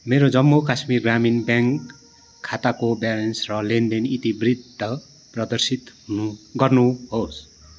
मेरो जम्मू काश्मिर ग्रामीण ब्याङ्क खाताको ब्यालेन्स र लेनदेन इतिवृत्त प्रदर्शित हुनु गर्नुहोस्